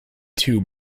two